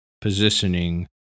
positioning